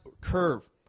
curve